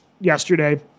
yesterday